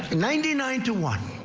ninety nine to one.